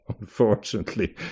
unfortunately